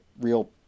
real